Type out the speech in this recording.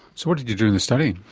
so what did you do in the study?